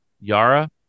Yara